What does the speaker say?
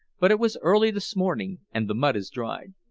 but it was early this morning, and the mud has dried.